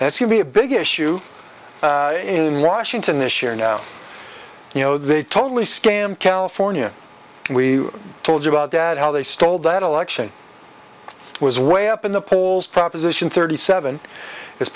he'll be a big issue in washington this year no you know they totally stamp california we told you about that how they stole that election it was way up in the polls proposition thirty seven is